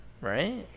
right